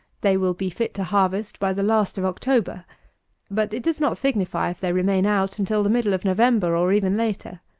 they will be fit to harvest by the last of october but it does not signify if they remain out until the middle of november or even later.